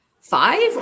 five